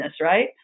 Right